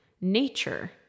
nature